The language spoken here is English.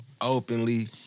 openly